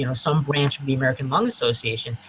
you know some branch of the american lung association.